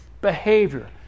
behavior